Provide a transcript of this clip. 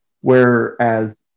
Whereas